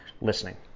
listening